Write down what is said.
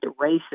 racist